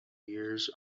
years